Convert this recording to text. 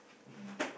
uh